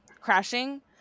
crashing